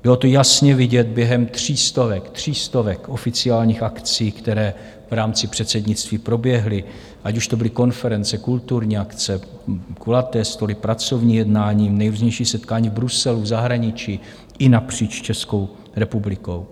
Bylo to jasně vidět během tří stovek, tří stovek oficiálních akcí, které v rámci předsednictví proběhly, ať už to byly konference, kulturní akce, kulaté stoly, pracovní jednání, nejrůznější setkání v Bruselu, v zahraničí i napříč Českou republikou.